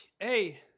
Hey